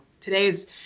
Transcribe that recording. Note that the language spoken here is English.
today's